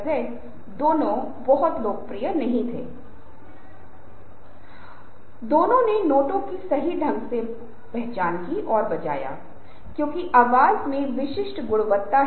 मूल रूप से इसका मतलब है कि आप एक ग्रुप डिस्कशन में हैं जहां लोग एक दूसरे को नहीं सुन रहे हैं यह मछली बाजार की तरह है हर कोई चिल्ला रहा है